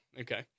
Okay